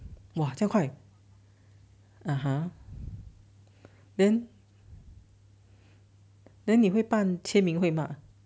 哇这样快 (uh huh) then then 你会办签名会吗